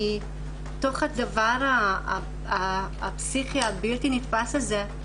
מתוך הדבר הפסיכי והבלתי נתפס הזה,